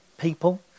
people